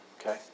Okay